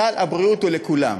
סל הבריאות הוא לכולם.